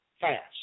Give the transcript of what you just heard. fast